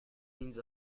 means